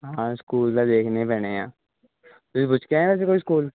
ਹਾਂ ਸਕੂਲ ਤਾਂ ਦੇਖਣੇ ਪੈਣੇ ਆ ਤੁਸੀਂ ਕੁਛ ਕਹਿਣਾ ਸੀ ਕੋਈ ਸਕੂਲ